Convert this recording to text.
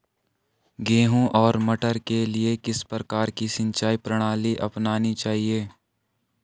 गेहूँ और मटर के लिए किस प्रकार की सिंचाई प्रणाली अपनानी चाहिये?